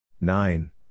Nine